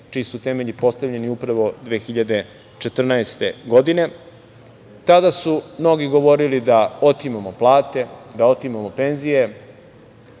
čiji su temelji postavljeni upravo 2014. godine. Tada su mnogi govorili da otimamo plate, da otimamo penzije,